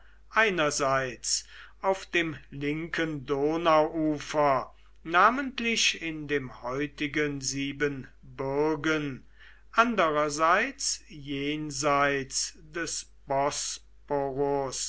einerseits auf dem linken donauufer namentlich in dem heutigen siebenbürgen andererseits jenseits des